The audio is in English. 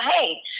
hey